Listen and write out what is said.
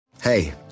Hey